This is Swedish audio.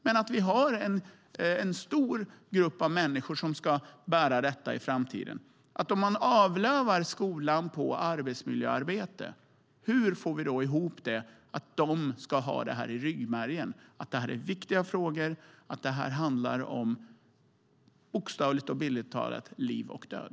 Det är en stor grupp av människor som ska bära detta i framtiden. Om man avlövar skolan när det gäller arbetsmiljöarbete, hur får vi ihop detta att de har i ryggmärgen att det här är viktiga frågor, att det handlar om bokstavligt och bildligt talat liv och död?